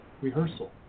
rehearsal